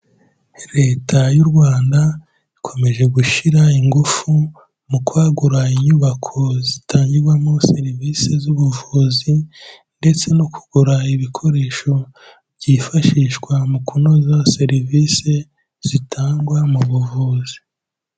leta y'u rwanda ikomeje gushyira ingufu mu kwagura inyubako zitangirwamo serivisi z'ubuvuzi ndetse no kugura ibikoresho byifashishwa mu kunoza serivisi zitangwa mu buvuzi. Leta y'u Rwanda ikomeje gushyira ingufu mu kwagura inyubako zitangirwamo serivisi z'ubuvuzi ndetse no kugira ibikoresho byifashishwa mu kunoza serivisi zitangwa mu buvuzi.